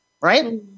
right